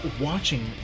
watching